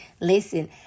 listen